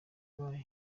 bayo